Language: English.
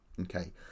okay